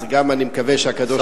אז גם אני מקווה שהקדוש-ברוך-הוא,